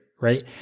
right